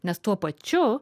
nes tuo pačiu